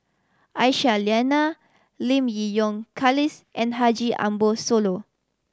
Aisyah Lyana Lim Yi Yong and Haji Ambo Sooloh